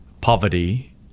poverty